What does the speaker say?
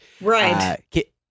right